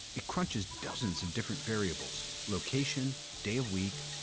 it crunches dozens of different variables. location, day of week,